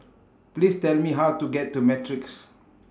Please Tell Me How to get to Matrix